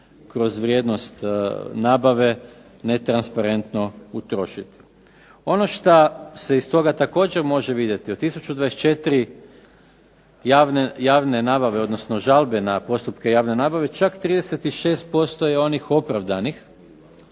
kroz vrijednost nabave netransparentno utrošiti. Ono šta se iz toga također može vidjeti, od tisuću 24 javne nabave, odnosno žalbe na postupke javne nabave, čak 36% je onih opravdanih,